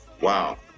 Wow